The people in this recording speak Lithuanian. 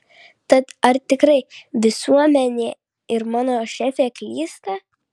tad ar tikrai visuomenė ir mano šefė klysta